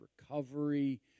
recovery